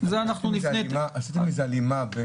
עשיתם איזו הלימה?